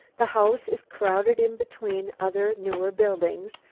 the house is crowded in between other newer buildings,